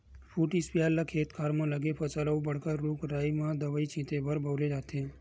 foot sprayer ल खेत खार म लगे फसल अउ बड़का रूख राई म दवई छिते बर बउरे जाथे